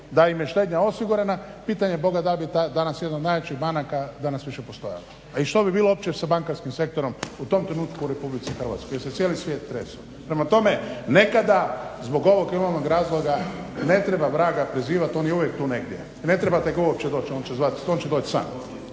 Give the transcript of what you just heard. da im je štednja osiguranja pitanje boga da li bi ta danas jedna od najjačih banaka danas više postojala, a što bi bilo uopće sa bankarskim sektorom u tom trenutku u RH jer se cijeli svijet tresao. Prema tome, nekada zbog ovog ili onog razloga ne treba vraga prizivati, on je tu uvijek tu negdje. I ne trebate ga uopće zvati, on će doći sam.